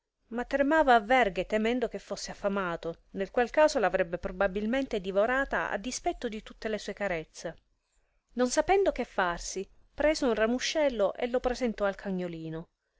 ma tremava a verghe temendo che fosse affamato nel qual caso l'avrebbe probabilmente divorata a dispetto di tutte le sue carezze non sapendo che farsi prese un ramuscello e lo presentò al cagnolino